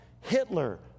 Hitler